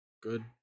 good